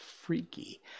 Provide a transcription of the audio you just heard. freaky